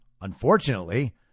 Unfortunately